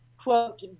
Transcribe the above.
quote